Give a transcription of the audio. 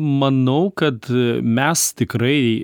manau kad mes tikrai